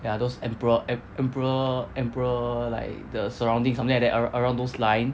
ya those emperor em~ emperor emperor like the surrounding something like that a~ around those line